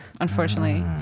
unfortunately